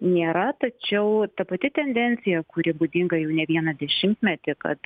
nėra tačiau ta pati tendencija kuri būdinga jau ne vieną dešimtmetį kad